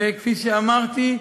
כפי שאמרתי,